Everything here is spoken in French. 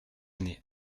année